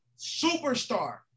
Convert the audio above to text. superstar